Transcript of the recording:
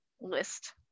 list